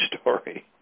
story